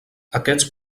aquests